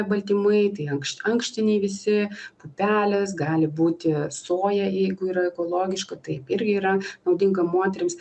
baltymai tai ankš ankštiniai visi pupelės gali būti soja jeigu yra ekologiška taip irgi yra naudinga moterims